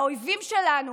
האויבים שלנו